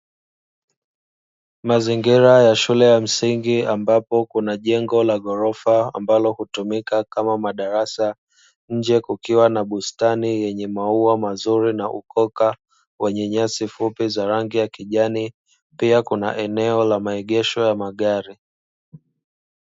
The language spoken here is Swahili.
Mazingira ya shule ya msingi ambapo kuna jengo la ghorofa; ambalo hutumika kama madarasa. Nje kukiwa na bustani yenye maua mazuri na ukoka wenye nyasi fupi za rangi ya kijani, pia kuna eneo la maegesho ya magari.